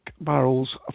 barrels